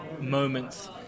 moments